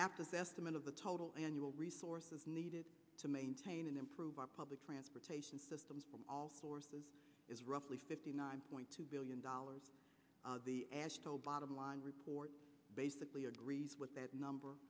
the estimate of the total annual resources needed to maintain and improve our public transportation systems from all sources is roughly fifty nine point two billion dollars the asto bottom line report basically agrees with that number